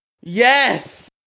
Yes